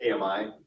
AMI